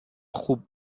خوب